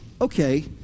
okay